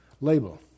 label